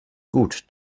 gut